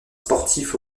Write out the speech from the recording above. sportifs